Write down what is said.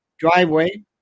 Driveway